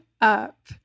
up